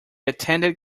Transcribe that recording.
attended